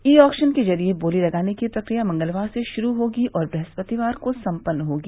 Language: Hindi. ई ऑक्शन के जरिए बोली लगाने की प्रक्रिया मंगलवार से शुरू होगी और बृहस्पतिवार को संपन्न होगी